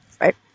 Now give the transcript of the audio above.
Right